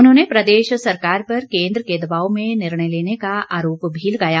उन्होंने प्रदेश सरकार पर केन्द्र के दबाव में निर्णय लेने का आरोप भी लगाया